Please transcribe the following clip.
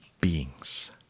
beings